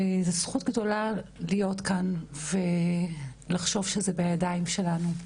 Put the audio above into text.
זו זכות גדולה להיות כאן ולחשוב שזה בידיים שלנו.